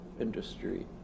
industry